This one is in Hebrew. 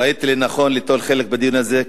ראיתי לנכון ליטול חלק בדיון הזה,